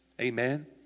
Amen